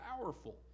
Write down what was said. powerful